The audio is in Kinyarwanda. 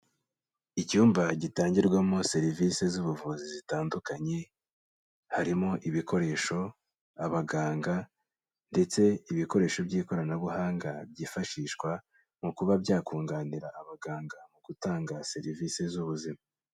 Icyumba gitangirwamo serivisi z'ubuvuzi zitandukanye, harimo ibikoresho, abaganga ndetse ibikoresho by'ikoranabuhanga byifashishwa mu kuba byakunganira abaganga mu gutanga serivisi z'ubuzima.